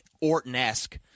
Orton-esque